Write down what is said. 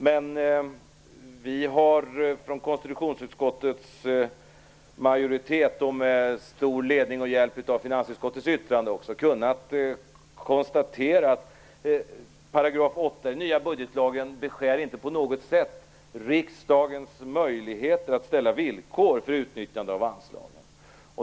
Men vi har från konstitutionsutskottets majoritet och med stor ledning och hjälp av finansutskottets yttrande kunnat konstatera att 8 § i den nya budgetlagen inte på något sätt beskär riksdagens möjligheter att ställa villkor för utnyttjande av anslagen.